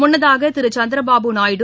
முன்னதாக திரு சந்திரபாபு நாயுடு